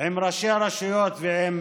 עם ראשי הרשויות ועם